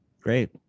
Great